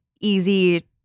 easy